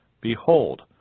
Behold